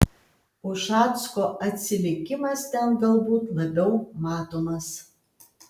ušacko atsilikimas ten galbūt labiau matomas